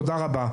תודה רבה.